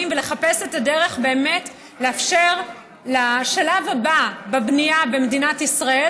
ולחפש את הדרך לאפשר את השלב הבא בבנייה במדינת ישראל,